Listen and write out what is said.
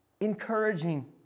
encouraging